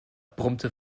brummte